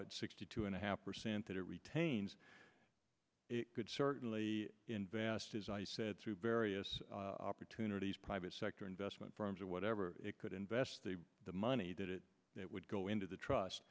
at sixty two and a half percent that it retains it could certainly invest as i said through various opportunities private sector investment firms or whatever it could invest the money that it would go into the trust